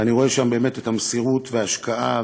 ואני רואה גם את המסירות וההשקעה,